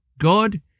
God